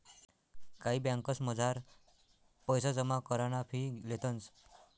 कायी ब्यांकसमझार पैसा जमा कराना फी लेतंस